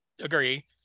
agree